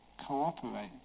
cooperate